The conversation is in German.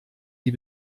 die